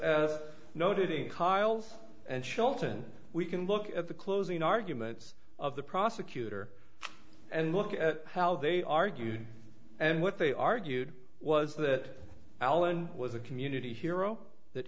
noted in karl's and shelton we can look at the closing arguments of the prosecutor and look at how they argued and what they argued was that allen was a community hero that